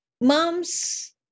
moms